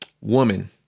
Woman